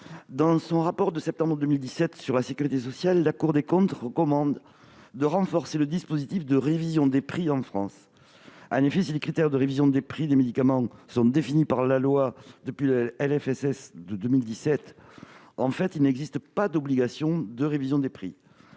Dans son rapport de septembre 2017 sur la sécurité sociale, la Cour des comptes recommande de renforcer le dispositif de révision des prix en France. En effet, si les critères de révision des prix des médicaments sont définis par la loi depuis 2017, il n'existe pas d'obligation de révision des prix.